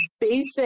basic